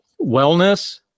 Wellness